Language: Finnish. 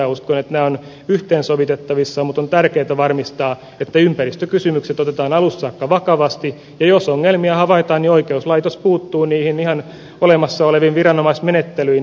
uskon että nämä ovat yhteensovitettavissa mutta on tärkeätä varmistaa että ympäristökysymykset otetaan alusta saakka vakavasti ja jos ongelmia havaitaan niin oikeuslaitos puuttuu niihin ihan olemassa olevin viranomaismenettelyin